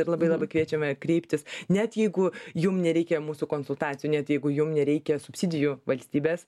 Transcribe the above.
ir labai labai kviečiame kreiptis net jeigu jum nereikia mūsų konsultacijų net jeigu jum nereikia subsidijų valstybės